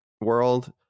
world